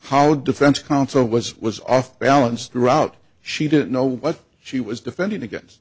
how defense counsel was was off balance throughout she didn't know what she was defending against